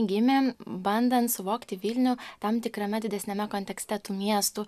gimėm bandant suvokti vilnių tam tikrame didesniame kontekste tų miestų